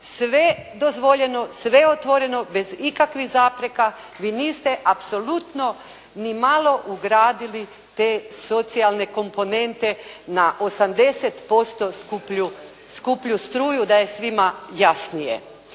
sve dozvoljeno, sve otvoreno, bez ikakvih zapreka vi niste apsolutno ni malo ugradili te socijalne komponente na 80% skuplju struju da je svima jasnije.